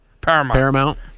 Paramount